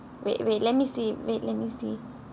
wait wait let me see wait let me see